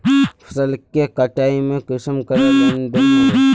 फसल के कटाई में कुंसम करे लेन देन होए?